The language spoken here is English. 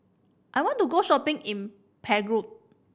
I want to go shopping in Prague